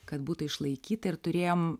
kad būtų išlaikyta ir turėjom